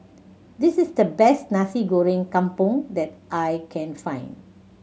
this is the best Nasi Goreng Kampung that I can find